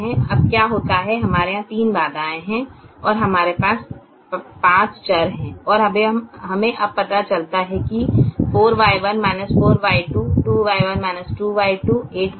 अब क्या होता है हमारे यहाँ तीन बाधाएँ हैं और हमारे पास पाँच चर हैं और हमें अब पता चलता है कि 4Y1 4Y2 2Y1 2Y2 8Y1 8Y2